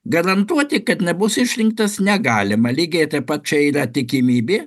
garantuoti kad nebus išrinktas negalima lygiai taip čia yra tikimybė